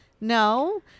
no